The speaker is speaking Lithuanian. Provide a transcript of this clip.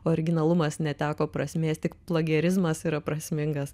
originalumas neteko prasmės tik plagerizmas yra prasmingas